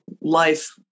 life